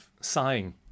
sighing